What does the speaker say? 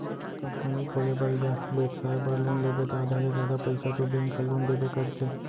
company खोले बर या बेपसाय बर लोन लेबे त आधा ले जादा पइसा तो बेंक ह लोन देबे करथे